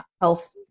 health